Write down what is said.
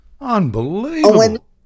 Unbelievable